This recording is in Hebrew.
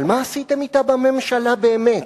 אבל מה עשיתם אתם בממשלה באמת,